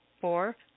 Four